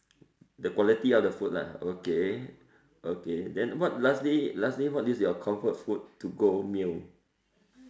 the quality of the food lah okay okay then what lastly lastly what is your comfort food to go meal